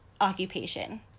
occupation